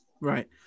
right